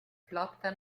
flotta